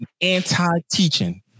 anti-teaching